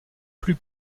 plus